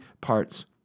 parts